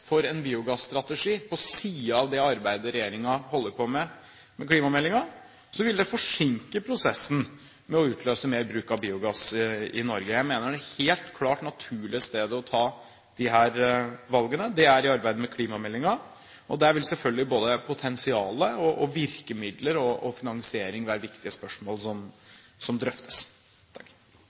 for en biogasstrategi på siden av det arbeidet regjeringen holder på med med klimameldingen, vil det forsinke prosessen med å utløse mer bruk av biogass i Norge. Jeg mener det helt klart naturlige stedet å ta disse valgene er i arbeidet med klimameldingen, og der vil selvfølgelig både potensialet, virkemidler og finansiering være viktige spørsmål som drøftes.